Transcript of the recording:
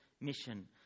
mission